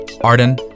Arden